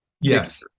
Yes